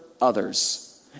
others